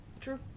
True